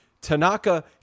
Tanaka